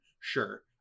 Sure